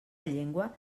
llengua